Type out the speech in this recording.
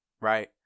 right